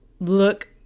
look